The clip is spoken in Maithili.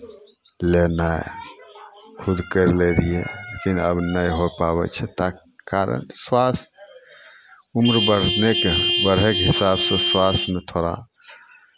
लेनाइ खुद करि लै रहियै लेकिन आब नहि होय पाबै छै कारण स्वास्थ्य उम्र बढ़ने बढ़यके हिसाबसँ स्वास्थ्यमे थोड़ा